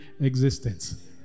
existence